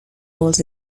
walls